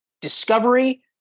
Discovery